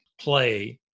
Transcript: play